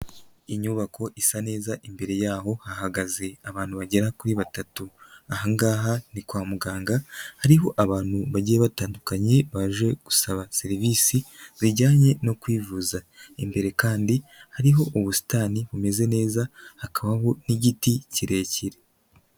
Inyubako isa neza imbere yaho hahagaze abantu bagera kuri batatu, aha ngaha ni kwa muganga hariho abantu bagiye batandukanye baje gusaba serivise zijyanye no kwivuza, imbere kandi hariho ubusitani bumeze neza hakabaho n'igiti kirekire.